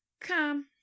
Come